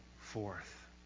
forth